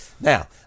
now